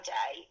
day